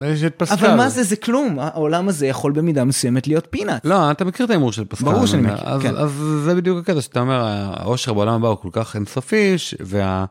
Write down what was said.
אבל מה זה זה כלום העולם הזה יכול במידה מסוימת להיות פינאטס. לא, אתה מכיר את ההימור של פסקה, אז זה בדיוק הקטע, שאתה אומר העושר בעולם הבא הוא כל כך אינסופי.